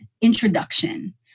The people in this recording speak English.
introduction